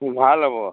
ভাল হ'ব